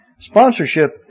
Sponsorship